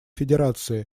федерации